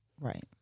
right